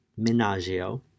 Minaggio